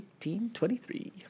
1823